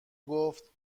گفت